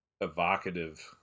evocative